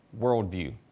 worldview